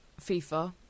FIFA